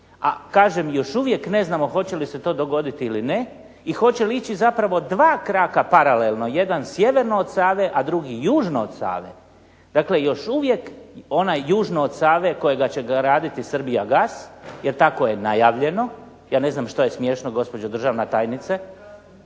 a kažem još uvijek ne znamo hoće li se to dogoditi ili ne i hoće li ići zapravo dva kraka paralelno, jedan sjeverno od Save, a drugi južno od Save. Dakle, još uvijek onaj južno od Save kojega će graditi "Srbijagas" jer tako je najavljeno, ja ne znam što je smiješno gospođo državna tajnice…